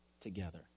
together